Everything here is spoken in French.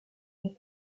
une